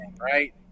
right